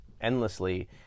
endlessly